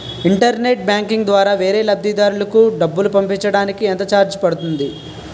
Internet banking ద్వారా వేరే లబ్ధిదారులకు డబ్బులు పంపించటానికి ఎంత ఛార్జ్ పడుతుంది?